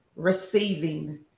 receiving